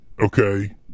Okay